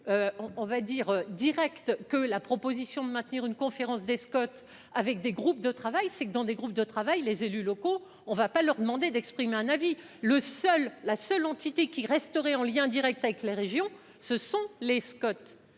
on va dire direct que la proposition de maintenir une conférence des Scott avec des groupes de travail, c'est que dans des groupes de travail, les élus locaux. On va pas leur demander d'exprimer un avis le seul la seule entité qui resteraient en lien Direct avec les régions. Ce sont les Scott.